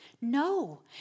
No